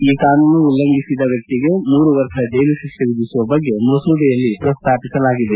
ಈ ಕಾನೂನು ಉಲ್ಲಂಘಸಿದ ವ್ಯಕ್ತಿಗೆ ಮೂರು ವರ್ಷ ಜೈಲು ಶಿಕ್ಷೆ ವಿಧಿಸುವ ಬಗ್ಗೆ ಮಸೂದೆಯಲ್ಲಿ ಪ್ರಸ್ತಾಪಿಸಲಾಗಿದೆ